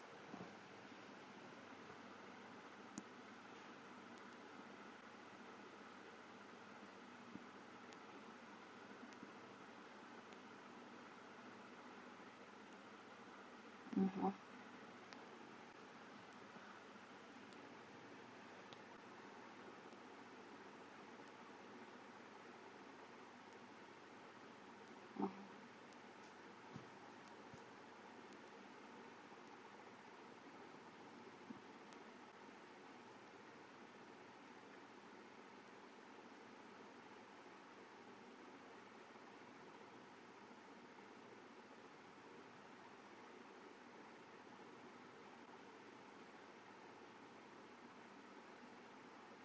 (uh huh) (uh huh)